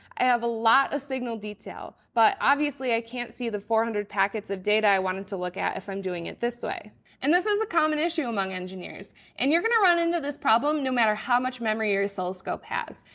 i have a lot of signal detail but obviously i can't see the four hundred packets of data i wanted to look at if i'm doing it this way and this is a common issue among engineers and you're gonna run into this problem no matter how much memory your oscilloscope has.